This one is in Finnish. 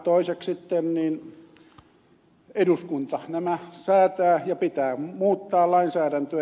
toiseksi sitten eduskunta nämä säätää ja pitää muuttaa lainsäädäntöä